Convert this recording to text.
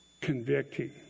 convicting